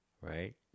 Right